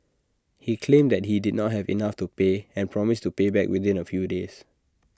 he claimed that he did not have enough to pay and promised to pay back within A few days